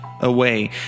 away